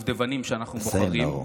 בדובדבנים שאנחנו בוחרים, תסיים, נאור.